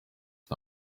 nta